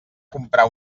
comprar